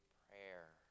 prayer